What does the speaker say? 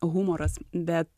humoras bet